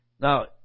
Now